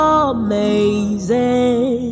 amazing